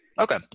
Okay